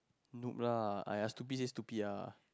noob lah !aiya! stupid say stupid lah